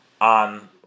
on